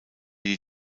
die